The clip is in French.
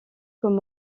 comme